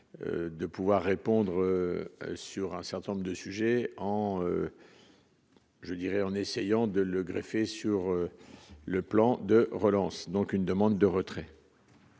de pouvoir répondre sur un certain nombre de sujets en. Je dirais, en essayant de le greffer sur le plan de relance donc une demande de retrait.